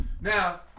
Now